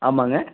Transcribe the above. ஆமாங்க